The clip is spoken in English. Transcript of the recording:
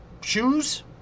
shoes